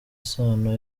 isano